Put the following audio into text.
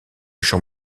champ